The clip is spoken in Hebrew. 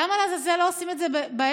למה לעזאזל לא עושים את זה בערב?